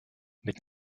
mit